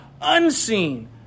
unseen